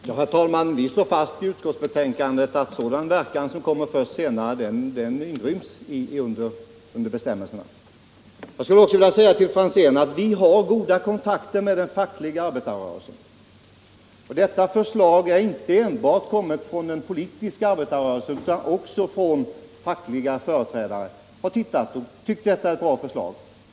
Herr talman! Vi slår fast i utskottsbetänkandet att sådan verkan som kommer först senare inryms i bestämmelserna. Jag skulle också vilja säga till herr Franzén att vi har goda kontakter med den fackliga arbetarrörelsen. Detta förslag har inte enbart kommit från den politiska arbetarrörelsen utan också från fackliga företrädare, som har tyckt att det är ett bra förslag.